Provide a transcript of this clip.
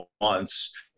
months